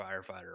firefighter